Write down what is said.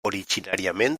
originàriament